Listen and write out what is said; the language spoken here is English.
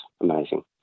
amazing